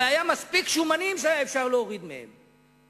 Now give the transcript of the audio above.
הרי היו מספיק שומנים שאפשר להוריד מהם.